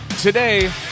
Today